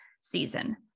season